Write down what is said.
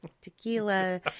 tequila